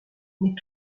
mais